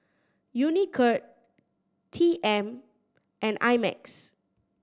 Unicurd T M and I Max